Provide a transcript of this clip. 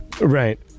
Right